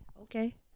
Okay